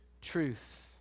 truth